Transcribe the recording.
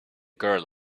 girl